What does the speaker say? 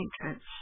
entrance